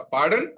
Pardon